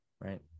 right